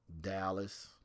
Dallas